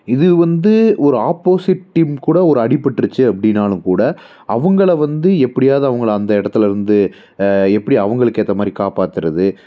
இது வந்து ஒரு ஆப்போசிட் டீம் கூட ஒரு அடிபட்டுருச்சு அப்படின்னாலும் கூட அவங்கள வந்து எப்படியாவது அவங்கள அந்த இடத்துலருந்து எப்படி அவங்களுக்கு ஏற்ற மாதிரி காப்பாற்றுறது